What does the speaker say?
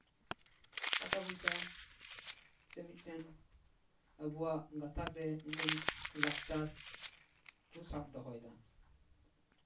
ᱴᱟᱠᱟ ᱯᱚᱭᱥᱟ ᱥᱮ ᱢᱤᱫᱴᱮᱱ ᱟᱵᱚᱣᱟᱜ ᱜᱟᱛᱟᱜ ᱨᱮ ᱢᱤᱫᱴᱮᱱ ᱞᱟᱠᱪᱟᱨ ᱠᱚ ᱥᱟᱵ ᱫᱚᱦᱚᱭᱮᱫᱟ